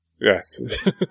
Yes